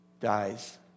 dies